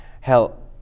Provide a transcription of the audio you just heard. Hell